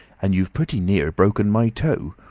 and you've pretty near broken my toe.